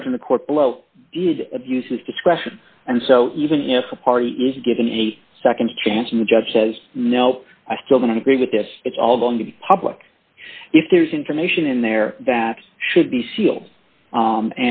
judge in the court below uses discretion and so even if a party is given a nd chance and the judge says no i still don't agree with this it's all going to be public if there's information in there that should be seal